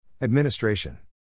Administration